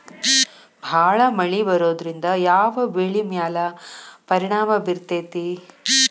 ಭಾಳ ಮಳಿ ಬರೋದ್ರಿಂದ ಯಾವ್ ಬೆಳಿ ಮ್ಯಾಲ್ ಪರಿಣಾಮ ಬಿರತೇತಿ?